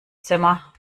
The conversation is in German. zimmer